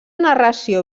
narració